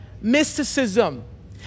mysticism